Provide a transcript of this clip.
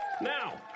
Now